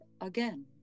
again